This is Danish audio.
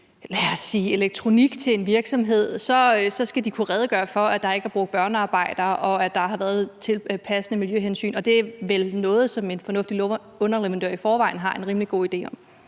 leverer elektronik til en virksomhed. Så skal de kunne redegøre for, at der ikke er brugt børnearbejdere, og at der har været passende miljøhensyn, og det er vel noget, som en fornuftig underleverandør i forvejen har en rimelig god idé om.